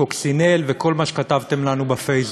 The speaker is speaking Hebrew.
קוקסינל וכל מה שכתבתם לנו בפייסבוק.